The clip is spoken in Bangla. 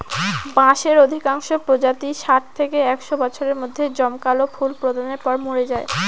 বাঁশের অধিকাংশ প্রজাতিই ষাট থেকে একশ বছরের মধ্যে জমকালো ফুল প্রদানের পর মরে যায়